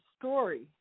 story